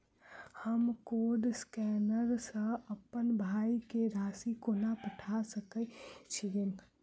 हम code scanner सँ अप्पन भाय केँ राशि कोना पठा सकैत छियैन?